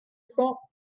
cent